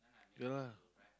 yeah lah